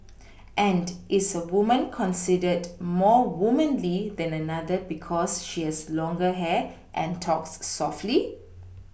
and is a woman considered more womanly than another because she has longer hair and talks softly